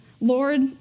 Lord